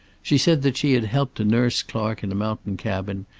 she said that she had helped to nurse clark in a mountain cabin,